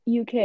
UK